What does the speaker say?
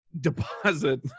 deposit